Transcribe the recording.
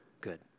good